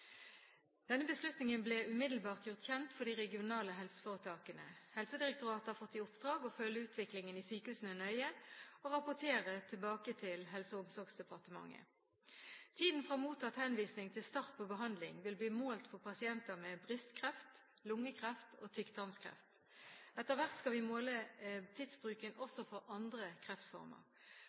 Denne beslutningen ble umiddelbart gjort kjent for de regionale helseforetakene. Helsedirektoratet har fått i oppdrag å følge utviklingen i sykehusene nøye og rapportere tilbake til Helse- og omsorgsdepartementet. Tiden fra mottatt henvisning til start på behandling vil bli målt for pasienter med brystkreft, lungekreft og tykktarmskreft. Etter hvert skal vi måle tidsbruken også for andre kreftformer.